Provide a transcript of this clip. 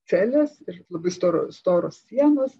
celės ir labai storos storos sienos